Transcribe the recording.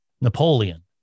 napoleon